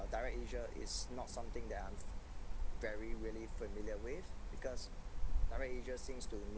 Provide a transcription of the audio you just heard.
DirectAsia is not something that I'm very really familiar with because DirectAsia seems to